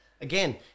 Again